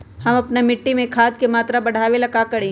हम अपना मिट्टी में खाद के मात्रा बढ़ा वे ला का करी?